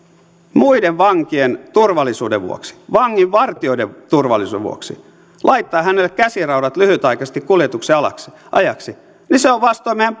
muiden vankien turvallisuuden vuoksi vanginvartijoiden turvallisuuden vuoksi laittaa hänelle käsiraudat lyhytaikaisesti kuljetuksen ajaksi ajaksi se on vastoin meidän